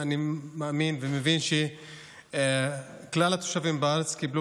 ואני מאמין ומבין שכלל התושבים בארץ קיבלו